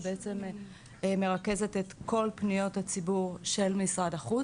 שבעצם מרכזת את כל פניות הציבור של משרד החוץ.